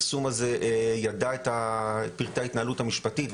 שפרסם אותו ידע את פרטי ההתנהלות המשפטית,